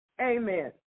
Amen